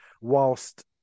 whilst